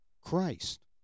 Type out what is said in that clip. Christ